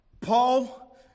Paul